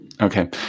Okay